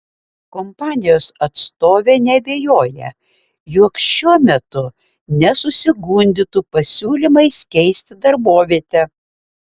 kompanijos atstovė neabejoja jog šiuo metu nesusigundytų pasiūlymais keisti darbovietę